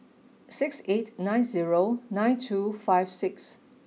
six eight nine zero nine two five six